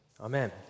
Amen